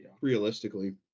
realistically